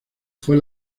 fue